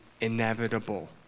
inevitable